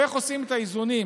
איך עושים את האיזונים